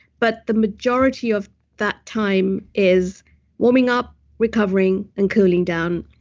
but the majority of that time is warming up, recovering and cooling down.